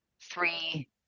three